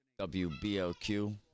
WBLQ